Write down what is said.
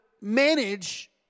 manage